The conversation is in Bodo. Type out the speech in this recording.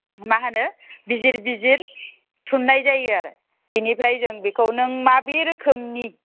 मा होनो बिजिर बिजिर थुननाय जायो आरो बिनिफ्राय जों बेखौ नों माबे रोखोमनि